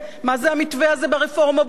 מה זה המתווה הזה ברפורמה במס?